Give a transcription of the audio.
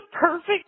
perfect